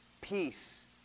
peace